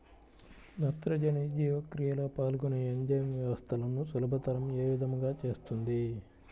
నత్రజని జీవక్రియలో పాల్గొనే ఎంజైమ్ వ్యవస్థలను సులభతరం ఏ విధముగా చేస్తుంది?